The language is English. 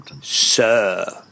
Sir